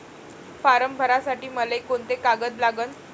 Form भरासाठी मले कोंते कागद लागन?